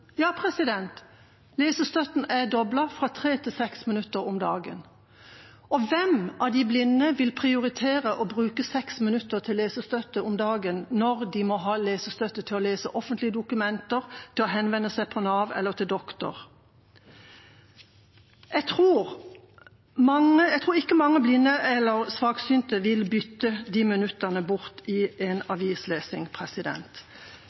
Ja, lesestøtten er doblet, fra 3 til 6 minutter om dagen. Hvem av de blinde vil prioritere å bruke 6 minutter om dagen til lesestøtte når de må ha lesestøtte til å lese offentlige dokumenter, til å henvende seg til Nav eller til doktor? Jeg tror ikke mange blinde eller svaksynte vil bytte bort de minuttene med avislesing. Jeg mener at det som står igjen av dette budsjettet, og som vil gå inn i